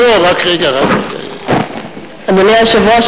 אדוני היושב-ראש,